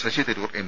Sasi Tharoor M